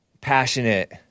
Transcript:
passionate